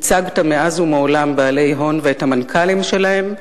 ייצגת מאז ומעולם בעלי הון ואת המנכ"לים שלהם,